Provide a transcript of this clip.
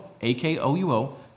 A-K-O-U-O